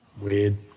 Weird